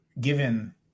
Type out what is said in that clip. given